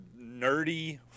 nerdy